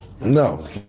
No